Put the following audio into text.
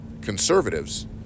conservatives